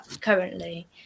currently